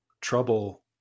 trouble